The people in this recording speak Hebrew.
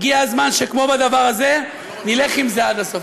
הגיע הזמן שכמו בדבר הזה, נלך עם זה עד הסוף.